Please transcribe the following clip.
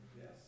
Yes